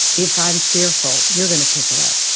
if i'm fearful you're going to pick it up.